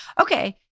Okay